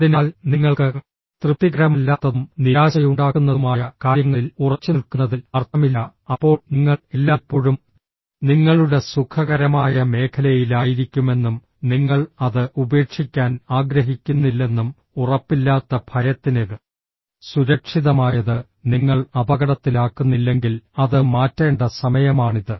അതിനാൽ നിങ്ങൾക്ക് തൃപ്തികരമല്ലാത്തതും നിരാശയുണ്ടാക്കുന്നതുമായ കാര്യങ്ങളിൽ ഉറച്ചുനിൽക്കുന്നതിൽ അർത്ഥമില്ല അപ്പോൾ നിങ്ങൾ എല്ലായ്പ്പോഴും നിങ്ങളുടെ സുഖകരമായ മേഖലയിലായിരിക്കുമെന്നും നിങ്ങൾ അത് ഉപേക്ഷിക്കാൻ ആഗ്രഹിക്കുന്നില്ലെന്നും ഉറപ്പില്ലാത്ത ഭയത്തിന് സുരക്ഷിതമായത് നിങ്ങൾ അപകടത്തിലാക്കുന്നില്ലെങ്കിൽ അത് മാറ്റേണ്ട സമയമാണിത്